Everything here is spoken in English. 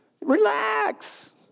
Relax